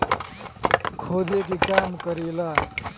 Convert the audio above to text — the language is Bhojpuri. खोदे के काम करेला